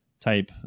type